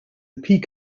peak